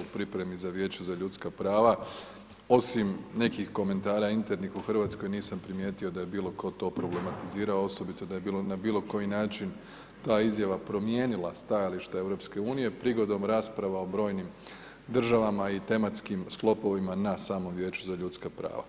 u pripremi za Vijeće za ljudska prava osim nekih komentara internih u Hrvatskoj nisam primijetio da je bilo tko to problematizirao osobito da je na bilo koji način ta izjava promijenila stajalište EU prigodom rasprava o brojnim državama i tematskim sklopovima na samom Vijeću za ljudska prava.